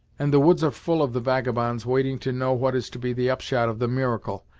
and the woods are full of the vagabonds, waiting to know what is to be the upshot of the miracle.